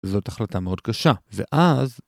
זאת החלטה מאוד קשה, ואז...